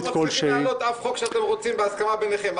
אתם לא מצליחים להעלות אף חוק שאתם רוצים בהסכמה ביניכם.